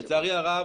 לצערי הרב,